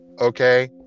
okay